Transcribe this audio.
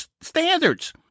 standards